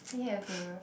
he have the